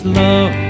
love